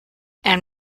and